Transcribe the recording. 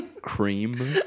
cream